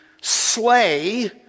slay